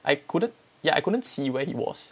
I couldn't ya I couldn't see where he was